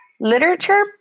literature